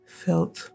felt